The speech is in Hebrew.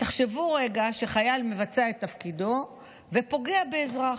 תחשבו רגע שחייל מבצע את תפקידו ופוגע באזרח,